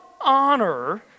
honor